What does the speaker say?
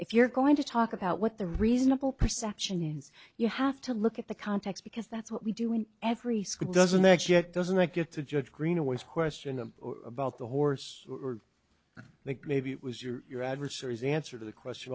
if you're going to talk about what the reasonable perception is you have to look at the context because that's what we do in every school doesn't actually it doesn't i get to judge greenaway question of about the horse like maybe it was your your adversary's answer the question